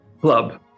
club